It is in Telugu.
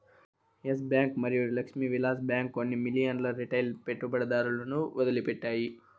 ఎస్ బ్యాంక్ మరియు లక్ష్మీ విలాస్ బ్యాంక్ కొన్ని మిలియన్ల రిటైల్ పెట్టుబడిదారులను వదిలిపెట్టాయి